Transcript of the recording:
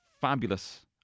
fabulous